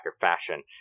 fashion